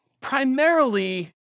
primarily